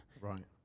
right